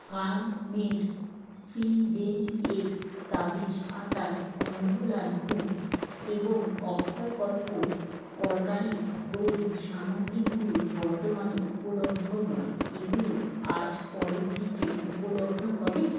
farm made free range eggs Dadi's আটার গন্ধ লাড্ডু এবং অক্ষয়কল্প অরগানিক দই সামগ্রীগুলো বর্তমানে উপলব্ধ নয় এগুলো আজ পরের দিকে উপলব্ধ হবে